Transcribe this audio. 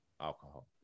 alcohol